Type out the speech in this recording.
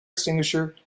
extinguisher